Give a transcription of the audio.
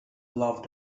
loved